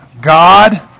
God